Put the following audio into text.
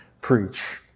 preach